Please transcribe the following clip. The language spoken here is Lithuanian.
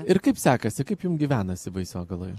ir kaip sekasi kaip jum gyvenasi baisogaloj